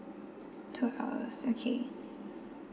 two hours okay